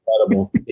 incredible